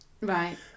right